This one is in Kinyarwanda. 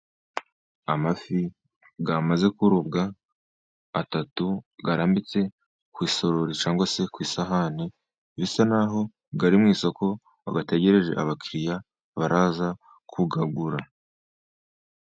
Amafi yamaze kurobwa atatu arambitse ku isorori cyangwa se ku isahani, bisa naho ari mu isoko bagategereje abakiriya bari buze kuyagura.